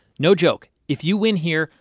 no joke, if you win here,